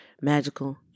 magical